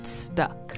stuck